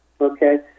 okay